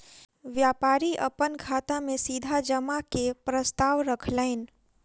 व्यापारी अपन खाता में सीधा जमा के प्रस्ताव रखलैन